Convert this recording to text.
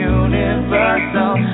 universal